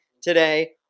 today